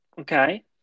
Okay